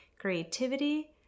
Creativity